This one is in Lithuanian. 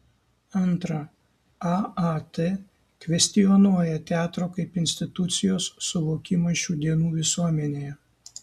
antra aat kvestionuoja teatro kaip institucijos suvokimą šių dienų visuomenėje